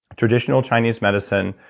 traditional chinese medicine,